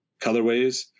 colorways